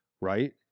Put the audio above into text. right